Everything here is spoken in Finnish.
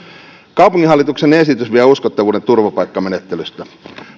kaupunginhallituksen esitys vie uskottavuuden turvapaikkamenettelystä